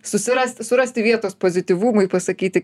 susirast surasti vietos pozityvumui pasakyti